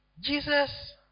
Jesus